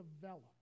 develop